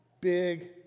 big